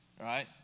right